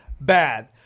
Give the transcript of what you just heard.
bad